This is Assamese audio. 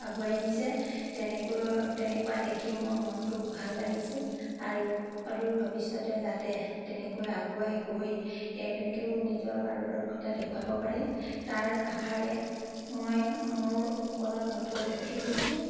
আগুৱাই নিছে তেনেকৈ তেনেকুৱা দেখি মোৰ মনটো ভাল লাগিছে আৰু সদৌৰ ভৱিষ্যতে যাতে তেনেকৈ আগুৱাই গৈ তেওঁলোকেও নিজৰ পাৰদৰ্শিতা দেখুৱাব পাৰে তাৰ আশাৰে মই মোৰ ওপৰত নথৈ সুখী হৈছোঁ